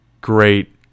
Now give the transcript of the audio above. great